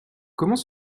comment